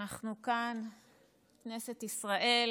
אנחנו כאן בכנסת ישראל